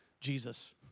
Jesus